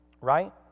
right